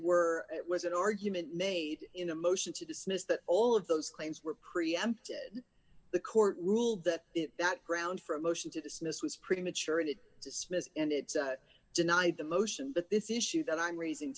were it was an argument made in a motion to dismiss that all of those claims were preempted the court ruled that that ground for a motion to dismiss was premature and it dismissed and it denied the motion but this issue that i'm raising